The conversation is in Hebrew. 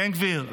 בן גביר,